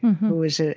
who is ah